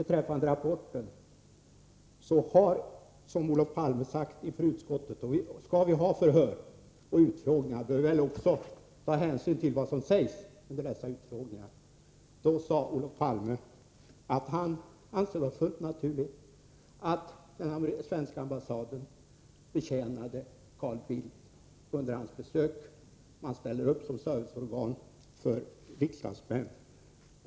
Beträffande rapporten vill jag säga att skall vi ha förhör inför utskottet, bör vi väl också ta hänsyn till vad som sägs under utfrågningarna. Olof Palme sade att han ansåg det fullt naturligt att svenska ambassaden betjänade Carl Bildt under hans besök, att man ställer upp som serviceorgan för riksdagsmän.